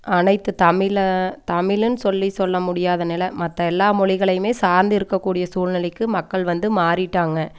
அனைத்து தமிழை தமிழுன் சொல்லி சொல்ல முடியாத நிலை மற்ற எல்லா மொழிகளையுமே சார்ந்து இருக்கக்கூடிய சூழ்நிலைக்கு மக்கள் வந்து மாறிவிட்டாங்க